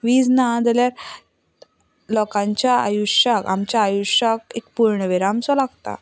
वीज ना जाल्यार लोकांच्या आयुश्याक आमच्या आयुश्याक एक पूर्णविराम सो लागता